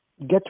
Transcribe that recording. get